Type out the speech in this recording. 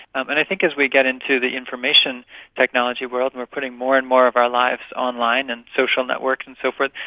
and i think as we get into the information technology world and we are putting more and more of our lives online and social networks and so forth,